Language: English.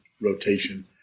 rotation